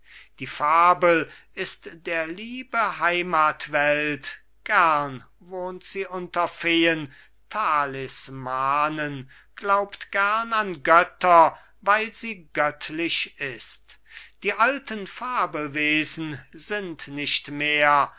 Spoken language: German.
die fabel ist der liebe heimatwelt gern wohnt sie unter feen talismanen glaubt gern an götter weil sie göttlich ist die alten fabelwesen sind nicht mehr